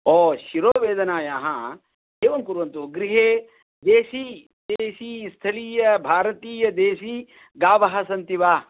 ओह् शिरोवेदनायाः एवं कुर्वन्तु गृहे देसी देसी स्थलीयभारतीयदेसीगावः सन्ति वा